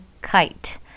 kite